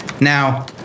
Now